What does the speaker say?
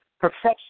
Perfection